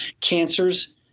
Cancers